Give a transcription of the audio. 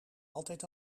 altijd